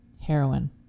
Heroin